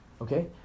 okay